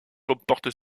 comporte